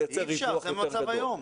לייצר ריווח יותר גדול.